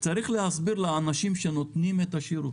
צריך להסביר לאנשים שנותנים את השירות.